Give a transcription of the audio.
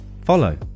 follow